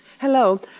Hello